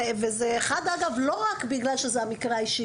זה אחד אגב לא רק בגלל שזה המקרה האישי,